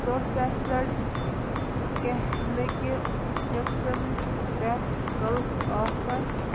processed کیٚہہ نہٕ کہِ قٕسٕم پٮ۪ٹھ کانٛہہ آفر